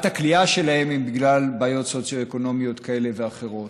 הכליאה שלהם היא בעיות סוציו-אקונומיות כאלה ואחרות.